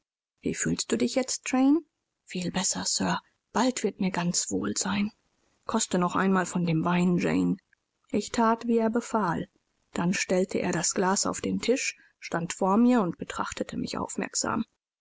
wie fühlst du dich jetzt jane viel besser sir bald wird mir ganz wohl sein koste noch einmal von dem wein jane ich that wie er befahl dann stellte er das glas auf den tisch stand vor mir und betrachtete mich aufmerksam